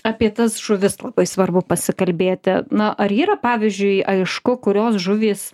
apie tas žuvis labai svarbu pasikalbėti na ar yra pavyzdžiui aišku kurios žuvys